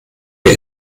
wir